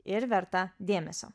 ir verta dėmesio